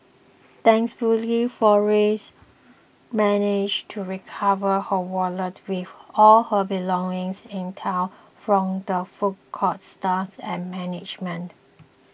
thankfully Flores managed to recover her wallet with all her belongings intact from the food court's staff and management